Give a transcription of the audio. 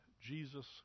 Jesus